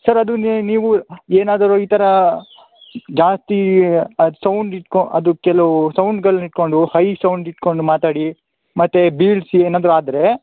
sir ಅದು ನೀವು ಏನಾದರೂ ಈ ಥರ ಜಾಸ್ತಿ ಅದು ಸೌಂಡ್ ಇಟ್ಕೊಂಡು ಅದು ಕೆಲವು ಸೌಂಡ್ಗಳನ್ನು ಇಟ್ಕೊಂಡು ಹೈ ಸೌಂಡ್ ಇಟ್ಕೊಂಡು ಮಾತಾಡಿ ಮತ್ತೆ ಬೀಳಿಸಿ ಏನಾದರೂ ಆದರೆ